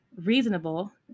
reasonable